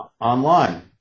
online